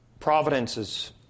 providences